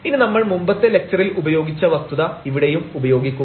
ഇനി നമ്മൾ മുമ്പത്തെ ലക്ച്ചറിൽ ഉപയോഗിച്ച വസ്തുത ഇവിടെയും ഉപയോഗിക്കും